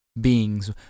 beings